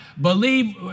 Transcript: Believe